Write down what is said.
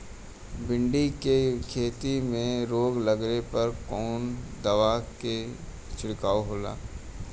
भिंडी की खेती में रोग लगने पर कौन दवा के छिड़काव खेला?